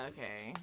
Okay